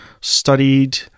studied